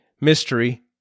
mystery